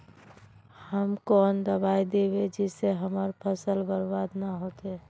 हम कौन दबाइ दैबे जिससे हमर फसल बर्बाद न होते?